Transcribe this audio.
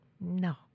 No